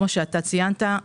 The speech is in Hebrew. כפי שאתה ציינת,